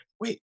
wait